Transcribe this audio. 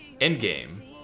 Endgame